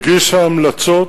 הגישה המלצות